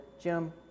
Jim